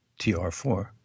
TR4